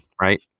Right